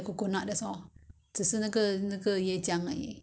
mm yes yes you need to buy the pandan leaves